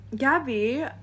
Gabby